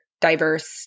diverse